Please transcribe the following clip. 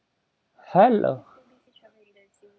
hello